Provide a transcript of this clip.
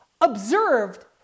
observed